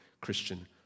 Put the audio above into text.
Christian